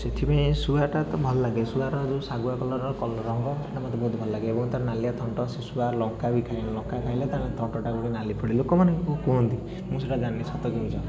ସେଥିପାଇଁ ଶୁଆଟା ତ ଭଲ ଲାଗେ ଶୁଆର ଯେଉଁ ଶାଗୁଆ କଲର୍ କଲ ରଙ୍ଗ ମୋତେ ବହୁତ ଭଲଲାଗେ ଏବଂ ତାର ନାଲିଆ ଥଣ୍ଟ ସେ ଶୁଆ ଲଙ୍କା ବି ଖାଏ ଲଙ୍କା ଖାଇଲେ ତାଙ୍କ ଥଣ୍ଟଟା ନାଲି ପଡ଼ିବ ଲୋକମାନେ କୁ କୁହନ୍ତି ମୁଁ ସେଇଟା ଜାଣିନି ସତ କି ମିଛ